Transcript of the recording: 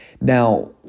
Now